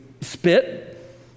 spit